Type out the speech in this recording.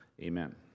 Amen